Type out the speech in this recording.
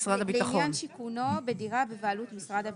בעניין שיכונו בדירה בבעלות משרד הביטחון.